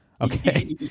Okay